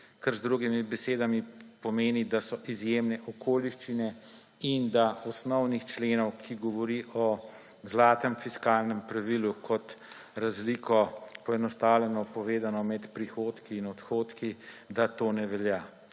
kar z drugimi besedami pomeni, da so izjemne okoliščine in da osnovnih členov, ki govori o zlatem fiskalnem pravilu kot razliko, poenostavljeno povedno, med prihodki in odhodki, da to ne velja;